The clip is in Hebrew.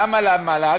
למה למל"ג?